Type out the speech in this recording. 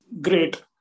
Great